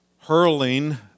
Hurling